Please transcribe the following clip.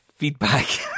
Feedback